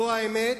זו האמת,